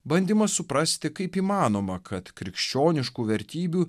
bandymas suprasti kaip įmanoma kad krikščioniškų vertybių